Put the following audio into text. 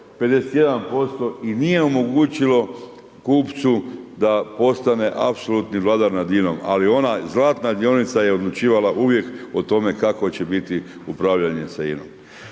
51% i nije omogućilo kupcu da postane apsolutni vladar nad INA-om. Ali ona zlatna dionica je odlučivala uvijek o tome kako će biti upravljanje sa INA-om.